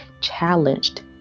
challenged